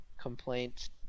complaints